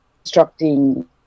constructing